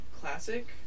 classic